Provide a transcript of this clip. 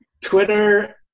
Twitter